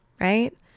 right